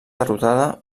derrotada